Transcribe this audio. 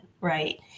right